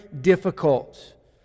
difficult